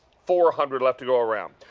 four hundred left to go around.